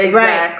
right